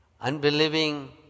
Unbelieving